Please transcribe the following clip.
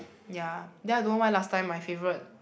ya then I don't know why last time my favourite